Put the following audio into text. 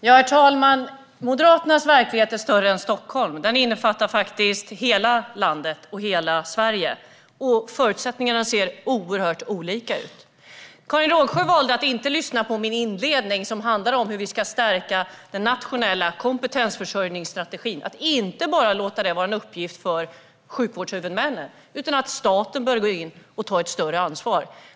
Herr talman! Moderaternas verklighet är större än Stockholm. Den innefattar faktiskt hela Sverige, och förutsättningarna ser oerhört olika ut. Karin Rågsjö valde att inte lyssna på min inledning som handlade om hur vi ska stärka den nationella kompetensförsörjningsstrategin och inte bara låta det vara en uppgift för sjukvårdshuvudmännen. Staten bör gå in och ta ett större ansvar.